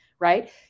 right